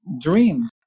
dream